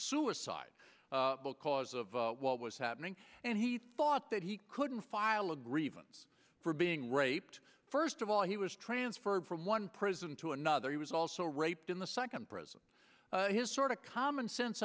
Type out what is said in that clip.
suicide because of what was happening and he thought that he couldn't file a grievance for being raped first of all he was transferred from one prison to another he was also raped in the second prison his sort of commonsense